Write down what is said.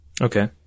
Okay